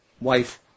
wife